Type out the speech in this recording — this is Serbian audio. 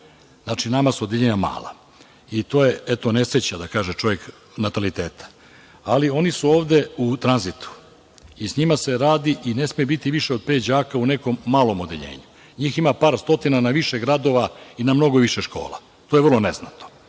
Znači, nama su odeljenja mala. To je, eto, nesreća, da kaže čovek, nataliteta. Ali, oni su ovde u tranzitu i sa njima se radi i ne sme biti više od pet đaka u nekom malom odeljenju. NJih ima par stotina na više gradova i na mnogo više škola. To je vrlo neznatno.